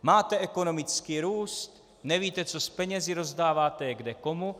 Máte ekonomický růst, nevíte, co s penězi, rozdáváte je kdekomu.